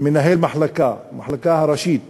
מנהל מחלקה, המחלקה הראשית